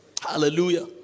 Hallelujah